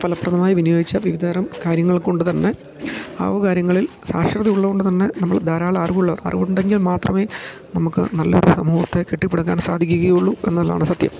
ഫലപ്രദമായി വിനിയോഗിച്ച വിവിധതരം കാര്യങ്ങൾ തന്നെ ആ വക കാര്യങ്ങളിൽ സാക്ഷരതുള്ളത് കൊണ്ട് തന്നെ നമ്മൾ ധാരാളം അറിവുള്ള അറിവുണ്ടെങ്കിൽ മാത്രമേ നമുക്ക് നല്ല ഒരു സമൂഹത്തെ കെട്ടിപ്പടുക്കാൻ സാധിക്കുകയുള്ളൂ എന്നുള്ളതാണ് സത്യം